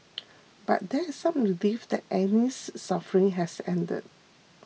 but there is some relief that Annie's suffering has ended